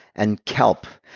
and kelp.